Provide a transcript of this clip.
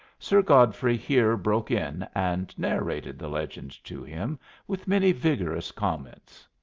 sir godfrey here broke in and narrated the legend to him with many vigourous comments.